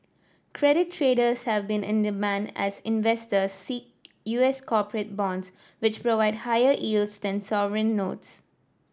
credit traders have been in demand as investors seek U S corporate bonds which provide higher yields than sovereign notes